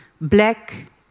black